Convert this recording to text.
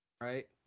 right